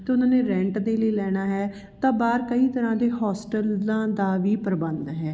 ਤਾਂ ਉਹਨਾਂ ਨੇ ਰੈਂਟ ਦੇ ਲਈ ਲੈਣਾ ਹੈ ਤਾਂ ਬਾਹਰ ਕਈ ਤਰਾਂ ਦੇ ਹੋਸਟਲਾਂ ਦਾ ਵੀ ਪ੍ਰਬੰਧ ਹੈ